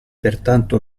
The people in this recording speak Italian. pertanto